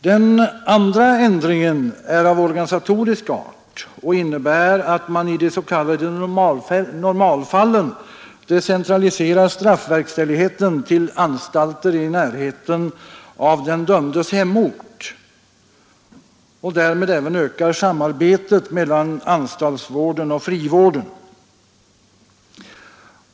Den andra ändringen är av organisatorisk art och innebär att man i de s.k. normalfallen decentraliserar straffverkställigheten till anstalter i närheten av den dömdes hemort och därmed ökar samarbetet mellan anstaltsvården och frivården.